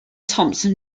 thomson